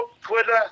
Twitter